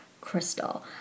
crystal